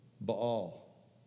Baal